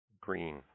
Green